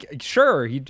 Sure